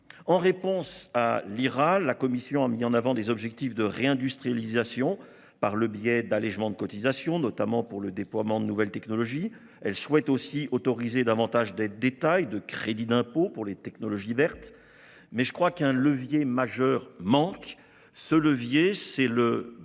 En réponse à l'IRA, la Commission européenne a mis en avant des objectifs de réindustrialisation par le biais d'allégements de cotisations, notamment pour le déploiement de nouvelles technologies. Elle souhaite aussi autoriser davantage d'aides d'État et de crédits d'impôt pour les technologies vertes. Toutefois, un levier majeur manque : un. Proposé par